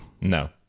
No